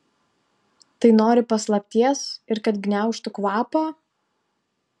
tai nori paslapties ir kad gniaužtų kvapą